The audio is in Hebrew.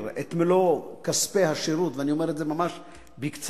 את מלוא כספי השירות ואני אומר את זה ממש בקצרה,